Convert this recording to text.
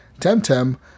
Temtem